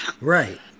Right